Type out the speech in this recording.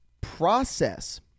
process